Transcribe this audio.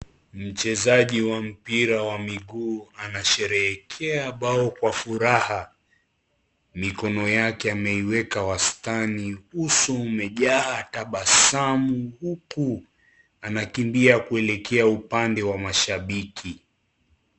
Mchezaji wa mpira wa miguu anasherehekea bao kwa furaha. Mikono yake ameiweka wastani. Uso umejaa tabasamu huku anakimbia kuelekea upande wa mashabiki.